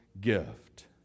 gift